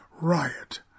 riot